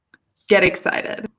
get excited!